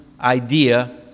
idea